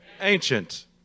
Ancient